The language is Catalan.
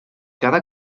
cada